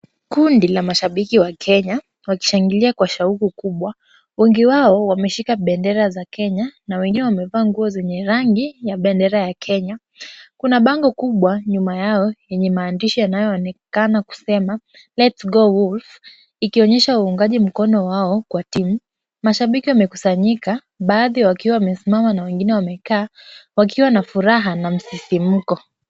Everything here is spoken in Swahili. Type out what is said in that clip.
Kundi la mashabiki wa Kenya wakishangilia kwa shauku kubwa. Wengi wao wameshikilia bendera za Kenya na wemevaa nguo zenye rangi ya bendera ya kenya. Kuna bango kubwa nyuma yao yenye maandishi cs[let's go wolf] cs inayoashiria uungaji mkono wao wa timu. Mashabiki wamekusanyika baadhi yao wamesimama huku wengine wakiwa wamekaa wakiwa na furaha na msisimko.